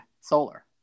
solar